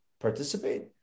participate